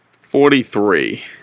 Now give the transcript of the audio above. Forty-three